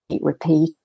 repeat